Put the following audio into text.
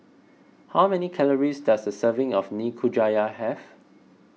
how many calories does a serving of Nikujaga have